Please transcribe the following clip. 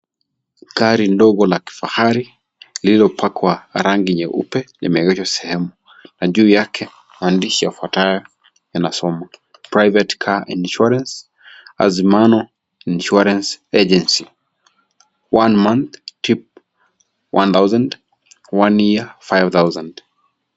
Gari ndogo la kifahari, lililo pakwa rangi nyeupe, limeegeshwa sehemu, na juu yake, mandishi yafwatayo yanasoma, Private Car Insurance , Azimano Insurance Agency. One month, tip 1000. One year, 5000 .